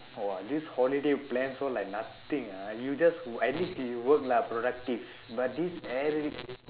oh this holiday plans all like nothing ah you just wo~ at least you work lah productive but this eric